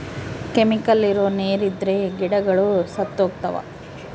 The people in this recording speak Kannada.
ಕೆಮಿಕಲ್ ಇರೋ ನೀರ್ ಇದ್ರೆ ಗಿಡಗಳು ಸತ್ತೋಗ್ತವ